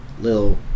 little